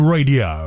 Radio